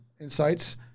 insights